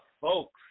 Folks